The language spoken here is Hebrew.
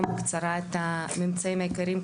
בקצרה את הממצאים העיקריים של המסמך שלנו,